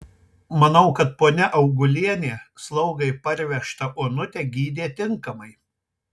manau kad ponia augulienė slaugai parvežtą onutę gydė tinkamai